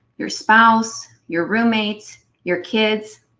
your spouse, your roommates, your kids,